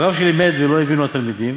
הרב שלמד ולא הבינו התלמידים,